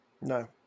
No